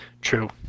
True